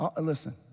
Listen